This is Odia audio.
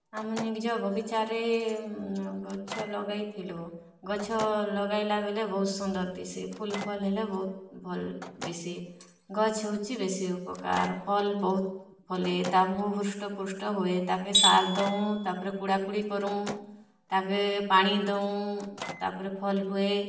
ଆମ ନିଜ ବଗିଚାରେ ଗଛ ଲଗାଇଥିଲୁ ଗଛ ଲଗାଇଲା ବେଲେ ବହୁତ୍ ସୁନ୍ଦର୍ ଦିସେ ଫୁଲ୍ ଫଲ୍ ହେଲେ ବହୁତ୍ ଭଲ୍ ଦିସେ ଗଛ୍ ହୋଉଛି ବେଶୀ ଉପକାର୍ ଫଲ୍ ବହୁତ୍ ଫଲେ ତାକୁ ହୃଷ୍ଟପୁଷ୍ଟ ହୁଏ ତାକେ ସାର୍ ଦୋଉଁ ତାପରେ କୁଡ଼ା କୁଡ଼ି କରୁଁ ତାକେ ପାଣି ଦୋଉଁ ତାପରେ ଫଲ୍ ହୁଏ